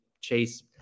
Chase